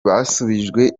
basubijwe